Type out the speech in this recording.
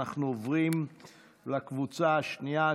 אנחנו עוברים לקבוצה השנייה,